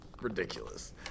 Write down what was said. ridiculous